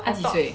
她几岁